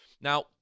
Now